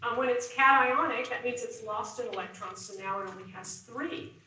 when it's cationic, that means it's lost an election so now it only has three.